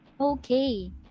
Okay